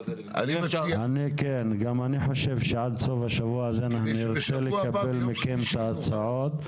גם אני חושב שעד סוף השבוע הזה אנחנו נרצה לקבל מכם את ההצעות.